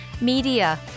Media